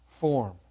form